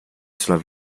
sulla